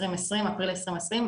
אפריל 2020,